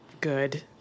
good